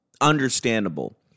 understandable